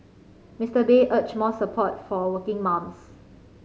Mister Bay urged more support for working mums